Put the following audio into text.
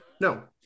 No